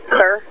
sir